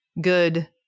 good